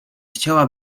chciała